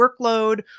workload